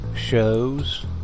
shows